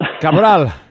Cabral